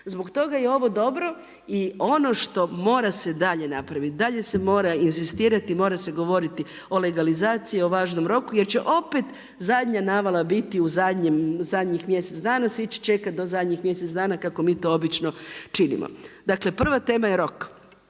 Zbog toga je ovo dobro. I ono što mora se dalje napraviti, dalje se mora inzistirati i mora se govoriti o legalizaciji o važnom roku jer će opet zadnja navala biti u zadnjih mjesec dana, svi će čekati do zadnjih mjesec dana kako mi to obično činimo. Dakle prva tema je rok.